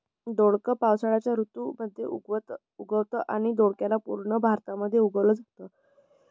दोडक पावसाळ्याच्या ऋतू मध्ये उगवतं आणि दोडक्याला पूर्ण भारतामध्ये उगवल जाता